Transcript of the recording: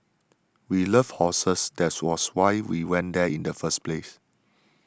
we love horses that was why we went there in the first place